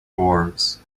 dwarves